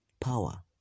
power